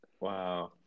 Wow